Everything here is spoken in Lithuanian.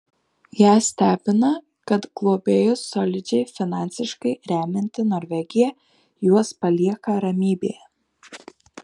ją stebina kad globėjus solidžiai finansiškai remianti norvegija juos palieka ramybėje